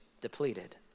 depleted